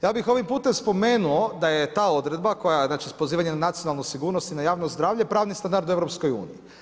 Ja bih ovim putem spomenuo da je ta odredba koja znači pozivanje na nacionalnu sigurnost i na javno zdravlje pravni standard u EU.